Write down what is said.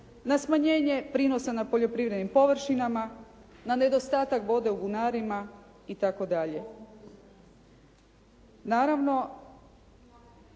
na smanjenje prinosa na poljoprivrednim površinama, na nedostatak vode u bunarima itd.